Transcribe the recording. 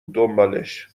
دنبالش